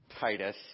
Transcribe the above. Titus